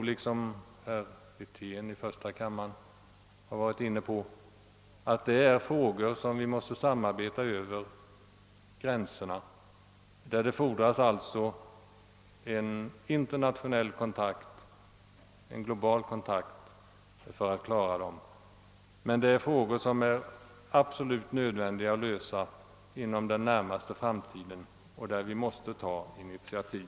Liksom herr Wirtén i första kammaren tror jag att detta är frågor, i vilka vi måste samarbeta över gränserna och beträffande vilka det behövs en global kontakt. Det är dock frågor som vi nödvändigt måste lösa inom den närmaste framtiden, och härvidlag måste vi ta initiativ.